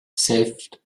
saved